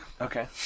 okay